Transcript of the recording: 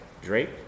Drake